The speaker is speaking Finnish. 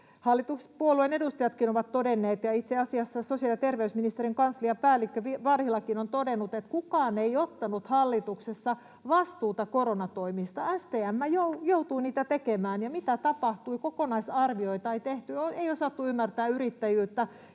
hallituspuolueiden edustajatkin ovat todenneet ja itse asiassa sosiaali- ja terveysministeriön kansliapäällikkö Varhilakin on todennut — on, että kukaan ei ottanut hallituksessa vastuuta koronatoimista. STM joutui niitä tekemään, ja mitä tapahtui? Koko-naisarvioita ei tehty, ei osattu ymmärtää yrittäjyyttä,